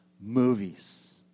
movies